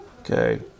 Okay